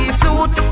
suit